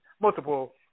multiple